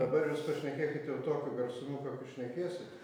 dabar jūs pašnekėkit jau tokiu garsumu kokiu šnekėsit